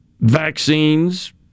vaccines